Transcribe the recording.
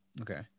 Okay